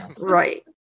right